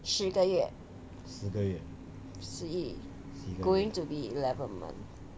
十个月十一 going to be eleven month